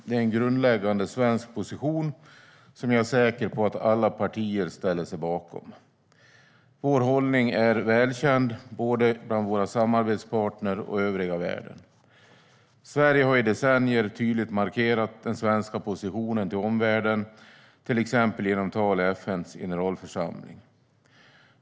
Det är en grundläggande svensk position som jag är säker på att alla partier ställer sig bakom. Vår hållning är välkänd både bland våra samarbetspartner och i övriga världen. Sverige har i decennier tydligt markerat den svenska positionen till omvärlden till exempel genom tal i FN:s generalförsamling.